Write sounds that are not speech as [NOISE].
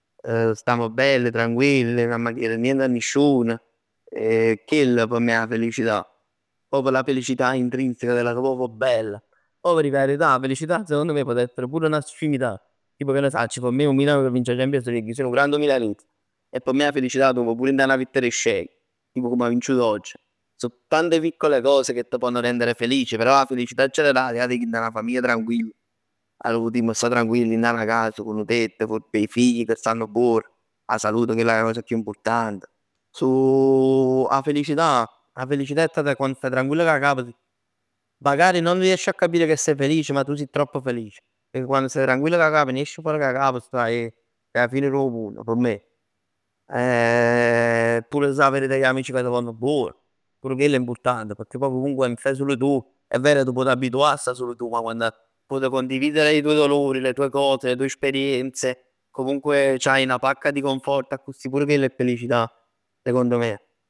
[HESITATION] Stamm bell tranquilli, nun amma chier nient 'a nisciun. E chell p' me è 'a felicità. Proprj la felicità intrinseca, chella proprio bella. Poj v' dic 'a verità, 'a felicità secondo me pot' essere pure 'na scimità. Tipo che ne sacc, p' me 'o Milan che vince 'a Champions League. Ij song nu grande milanista e p' me 'a felicità 'a truov pur dint 'a 'na vittoria scem. Tipo comm 'a vinciut oggi. So tante piccole cose che t' ponn rendere felici, però 'a felicità generale ij 'a veg dint 'a 'na famiglia tranquilla. Arò putimm sta tranquilli dint 'a 'na cas. Cu nu tetto, con i figli cà stanno buon, 'a salute chella è 'a cos chiù important. So [HESITATION] 'a felicità, 'a felicità è stata quann staj tranquill cà cap. Magari non riesci a capire che sei felice, ma tu sij troppo felice. Pecchè quann staj tranquill cà cap, te ne esci for cà cap, stai 'a fine dò munn p' me. [HESITATION] E pure sapere ch' l'amici t' vonn buon. Pur chell è importante, pecchè comunque quando staj sul tu, è vero cà t' puoj abituà 'a sta sul tu, ma quann vuoi condividere i tuoi dolori, le tue cose, le tue esperienze comunque c' hai 'na pacca di conforto accussì, pur chell è felicità secondo me.